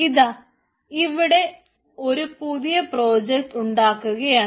ഇതാ ഇവിടെ ഒരു പുതിയ പ്രോജക്ട് ഉണ്ടാക്കുകയാണ്